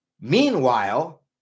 Meanwhile